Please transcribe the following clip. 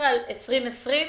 ל-2019-2020,